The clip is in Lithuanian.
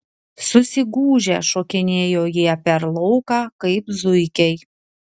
susigūžę šokinėjo jie per lauką kaip zuikiai